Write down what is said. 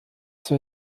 zur